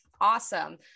Awesome